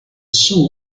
show